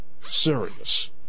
serious